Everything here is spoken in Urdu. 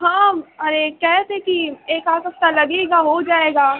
ہاں ارے کہے تھے کہ ایک ایک ہفتہ لگے گا ہو جائے گا